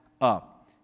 up